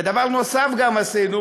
ודבר נוסף שעשינו